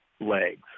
legs